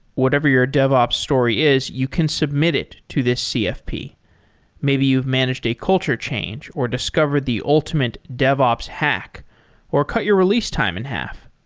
whatever your devops story is, you can submit it to this cfp. maybe you've managed a culture change or discovered the ultimate devops hack or cut your release time in half.